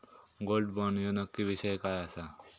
Gold bond ह्यो नक्की विषय काय आसा?